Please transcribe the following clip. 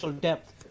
depth